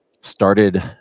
started